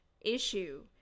issue